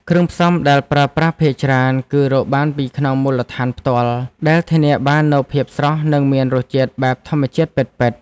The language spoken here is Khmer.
គ្រឿងផ្សំដែលប្រើប្រាស់ភាគច្រើន គឺរកបានពីក្នុងមូលដ្ឋានផ្ទាល់ដែលធានាបាននូវភាពស្រស់និងមានរសជាតិបែបធម្មជាតិពិតៗ។